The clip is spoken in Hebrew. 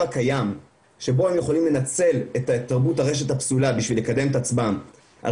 הקיים שבו הם יכולים לנצל את תרבות הרשת הפסולה בשביל לקדם את עצמם על